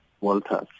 Walters